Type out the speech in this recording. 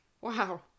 wow